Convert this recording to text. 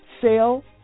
sale